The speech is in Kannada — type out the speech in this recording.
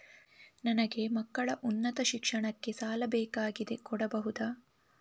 ನನಗೆ ಮಕ್ಕಳ ಉನ್ನತ ಶಿಕ್ಷಣಕ್ಕೆ ಸಾಲ ಬೇಕಾಗಿದೆ ಕೊಡಬಹುದ?